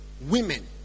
women